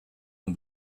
ont